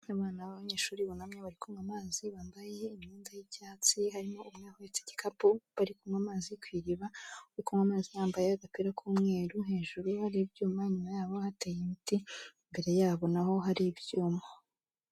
Abana b'abanyeshuri bunamye, bari kunywa amazi, bambaye imyenda y'icyatsi, harimo umwe uhetse igikapu. Bari kunywa amazi ku iriba. Uri kunywa amazi yambaye agapira k'umweru, hejuru hari ibyuma, inyuma yabo hateye imiti, imbere yabo na ho hari ibyuma.